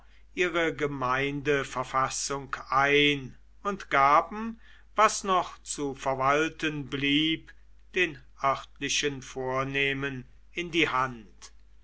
ihre gemeindeverfassung ein und gaben was noch zu verwalten blieb den örtlichen vornehmen in die hand